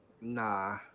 Nah